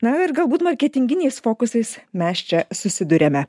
na ir galbūt marketinginiais fokusais mes čia susiduriame